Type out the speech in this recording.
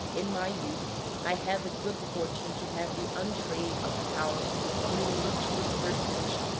in my youth i had the good fortune to have the entrie of the house of an illustrious personage,